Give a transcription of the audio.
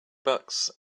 bucks